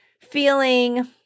feeling